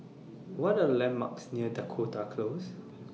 What Are landmarks near Dakota Close